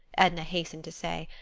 edna hastened to say.